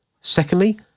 Secondly